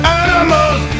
animals